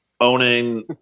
owning